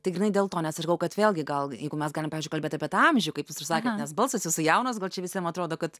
tai grynai dėl to nes aš galvojau kad vėlgi gal jeigu mes galim kalbėt apie tą amžių kaip jūs ir sakėt nes balsas jūsų jaunas gal čia visiem atrodo kad